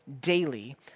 daily